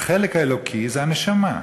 החלק האלוקי זה הנשמה,